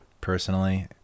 personally